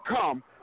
come